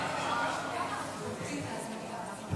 לא היית פה בשנתיים האחרונות?